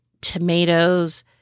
tomatoes